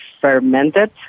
fermented